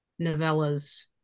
novellas